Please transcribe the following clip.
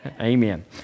Amen